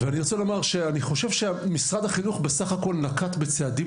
אני חושב שמשרד החינוך בסך הכל נקט בצעדים